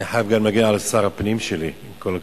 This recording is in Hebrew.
אני חייב גם להגן על שר הפנים שלי, עם כל הכבוד.